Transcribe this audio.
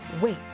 wait